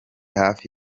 hafi